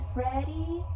Freddie